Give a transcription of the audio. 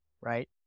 right